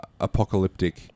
apocalyptic